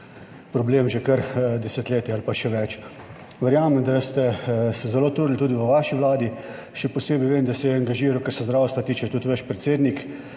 problem že kar desetletje ali pa še več. Verjamem, da ste se zelo trudili tudi v vaši vladi. Še posebej vem, da se je angažiral, kar se zdravstva tiče, tudi vaš predsednik.